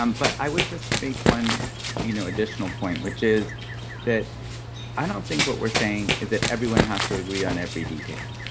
um but i would just make one you know, additional point which is that i don't think what we're saying is that everyone has to agree on every detail.